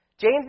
James